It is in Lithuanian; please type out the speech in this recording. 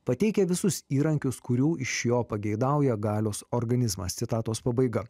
pateikia visus įrankius kurių iš jo pageidauja galios organizmas citatos pabaiga